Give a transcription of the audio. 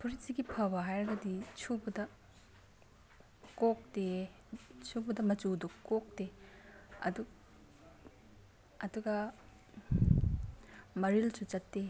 ꯐꯨꯔꯤꯠꯁꯤꯒꯤ ꯐꯕ ꯍꯥꯏꯔꯒꯗꯤ ꯁꯨꯕꯗ ꯀꯣꯛꯇꯦ ꯁꯨꯕꯗ ꯃꯆꯨꯗꯣ ꯀꯣꯛꯇꯦ ꯑꯗꯨꯒ ꯃꯔꯤꯜꯁꯨ ꯆꯠꯇꯦ